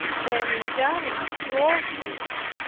then, in dying to all things,